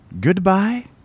goodbye